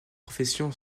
profession